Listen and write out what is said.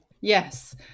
Yes